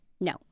No